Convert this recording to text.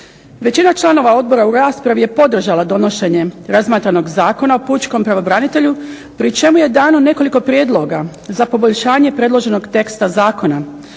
Većina članova odbora u raspravi je podržala donošenje razmatranog Zakona o pučkom pravobranitelju pri čemu je dano nekoliko prijedloga za poboljšanje predloženog teksta zakona.